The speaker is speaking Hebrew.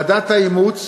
ועדת האימוץ